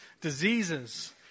diseases